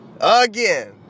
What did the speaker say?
Again